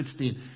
16